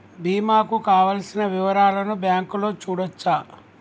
బీమా కు కావలసిన వివరాలను బ్యాంకులో చూడొచ్చా?